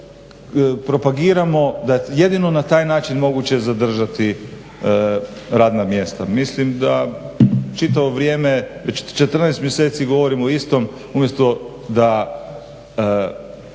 propagiramo da je jedino na taj način moguće zadržati radna mjesta. Mislim da čitavo vrijeme, već 14 mjeseci govorimo o istom umjesto da